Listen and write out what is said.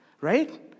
right